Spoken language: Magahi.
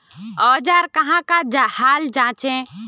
औजार कहाँ का हाल जांचें?